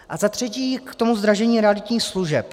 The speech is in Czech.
A za třetí k tomu zdražení realitních služeb.